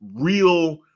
real